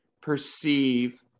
perceive